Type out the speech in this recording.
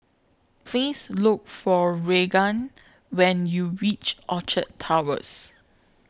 Please Look For Raegan when YOU REACH Orchard Towers